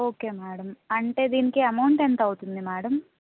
okay madam అంటే దీనికి amount ఎంతవుతుంది మేడం